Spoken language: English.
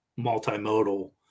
multimodal